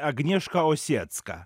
agnieška osiecka